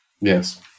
Yes